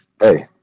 hey